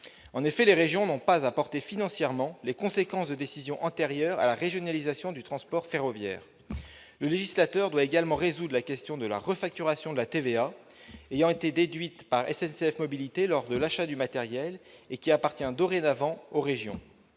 En effet, les régions n'ont pas à supporter les conséquences financières de décisions prises antérieurement à la régionalisation du transport ferroviaire. Le législateur doit également résoudre la question de la refacturation de la TVA ayant été déduite par SNCF Mobilités lors de l'achat du matériel appartenant dorénavant aux régions.